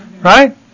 Right